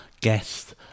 guest